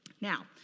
Now